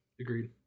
Agreed